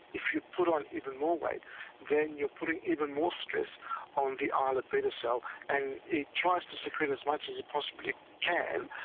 if you put on even more weight then you are putting even more stress on the islet beta cell, and it tries to secrete as much as it possibly can.